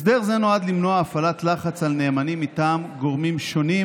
הסדר זה נועד למנוע הפעלת לחץ על נאמנים מטעם גורמים שונים,